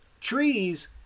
Trees